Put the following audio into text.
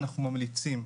אנחנו ממליצים,